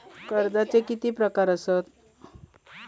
कर्जाचे किती प्रकार असात?